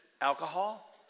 alcohol